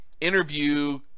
Interview